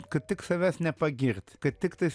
kad tik savęs nepagirt kad tiktais